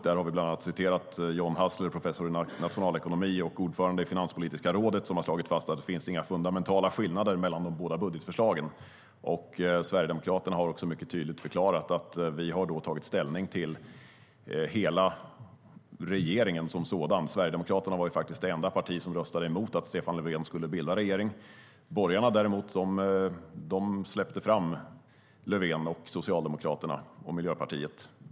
Där har vi bland annat citerat John Hassler, professor i nationalekonomi och ordförande i Finanspolitiska rådet, som har slagit fast att det inte finns några fundamentala skillnader mellan de båda budgetförslagen. Sverigedemokraterna har också tydligt förklarat att vi har tagit ställning till hela regeringen. Sverigedemokraterna var ju det enda parti som röstade emot att Stefan Löfven skulle bilda regering. Borgarna släppte däremot fram Löfven, Socialdemokraterna och Miljöpartiet.